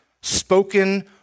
spoken